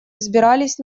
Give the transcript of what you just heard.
взбирались